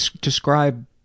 Describe